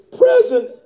present